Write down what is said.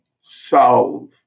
solve